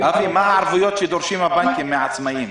חלק --- מה הערבויות שדורשים הבנקים מהעצמאים?